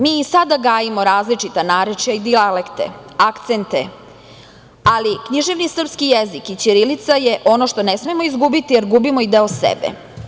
Mi i sada gajimo različita narečja i dijalekte, akcente, ali književni srpski jezik i ćirilica je ono što ne smemo izgubiti, jer gubimo i deo sebe.